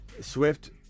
Swift